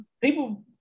People